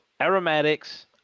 aromatics